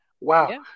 Wow